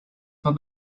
from